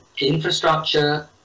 infrastructure